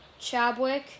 chabwick